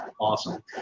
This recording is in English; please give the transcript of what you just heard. awesome